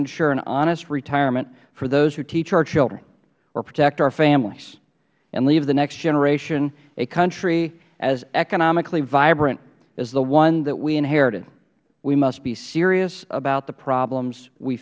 ensure an honest retirement for those teach our children or protect our families and leave the next generation a country as economically vibrant as the one that we inherited we must be serious about the problems we